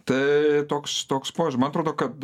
tai toks toks man atrodo kad